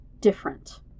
different